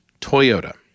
Toyota